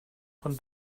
von